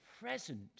present